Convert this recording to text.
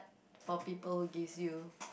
for people who gives you